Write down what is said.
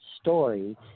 story